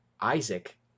Isaac